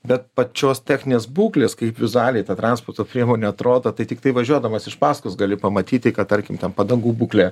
bet pačios techninės būklės kaip vizualiai ta transporto priemonė atrodo tai tiktai važiuodamas iš pasakos gali pamatyti kad tarkim ten padangų būklė